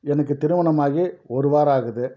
எனக்கு திருமணமாகி ஒரு வாரம் ஆகுது